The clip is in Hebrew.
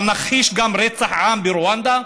אבל נכחיש גם רצח עם ברואנדה?